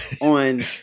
on